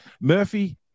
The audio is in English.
Murphy